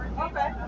Okay